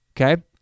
Okay